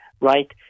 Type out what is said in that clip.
right